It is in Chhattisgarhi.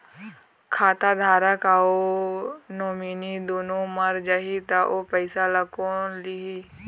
खाता धारक अऊ नोमिनि दुनों मर जाही ता ओ पैसा ला कोन लिही?